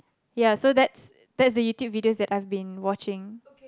ya so that's that's the YouTube videos I've been watching